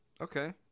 Okay